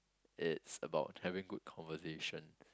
it's about having good conversation